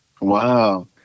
Wow